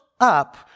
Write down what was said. up